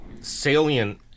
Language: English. Salient